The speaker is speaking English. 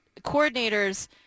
coordinators